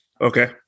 Okay